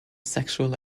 sexual